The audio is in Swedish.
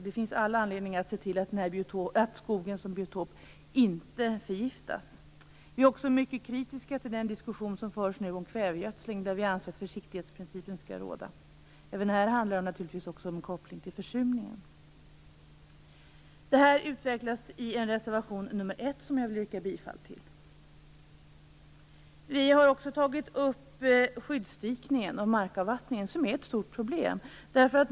Det finns all anledning att se till att skogen som biotop inte förgiftas. Vi är också mycket kritiska till den diskussion som förs nu om kvävegödsling. Vi anser att försiktighetsprincipen skall råda där. Även här handlar det naturligtvis också om en koppling till försurningen. Detta utvecklas i reservation nr 1. Jag vill yrka bifall till den. Vi har också tagit upp skyddsdikningen och markavvattningen som är ett stort problem.